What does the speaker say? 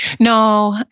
no.